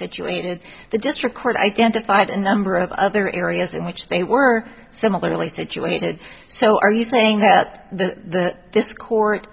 situated the district court identified a number of other areas in which they were similarly situated so are you saying that this court